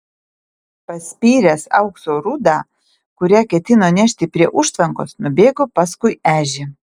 paspyręs aukso rūdą kurią ketino nešti prie užtvankos nubėgo paskui ežį